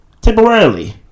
Temporarily